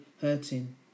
hurting